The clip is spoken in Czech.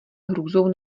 hrůzou